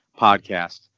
podcast